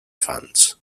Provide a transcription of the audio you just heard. funds